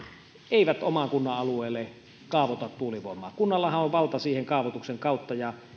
eivät oman kunnan alueelle kaavoita tuulivoimaa kunnallahan on valta siihen kaavoituksen kautta ja